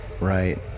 Right